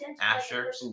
Asher